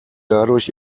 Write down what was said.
dadurch